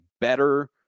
better